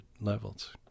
levels